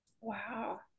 Wow